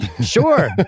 Sure